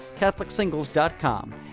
CatholicSingles.com